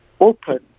open